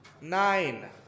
nine